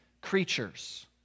creatures